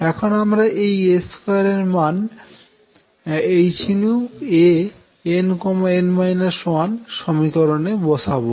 এখন আমরা এই A2 এর মান hAnn 1 সমীকরনে বসাবো